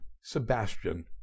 Sebastian